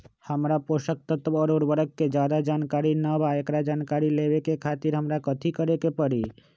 हमरा पोषक तत्व और उर्वरक के ज्यादा जानकारी ना बा एकरा जानकारी लेवे के खातिर हमरा कथी करे के पड़ी?